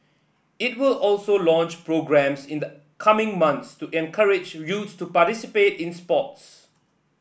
it will also launch programmes in the coming months to encourage youths to participate in sports